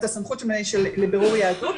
את הסמכות לבירור יהדות,